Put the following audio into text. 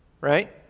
right